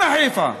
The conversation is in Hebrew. אנא חיפה.